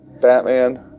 Batman